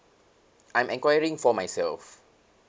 I'm enquiring for myself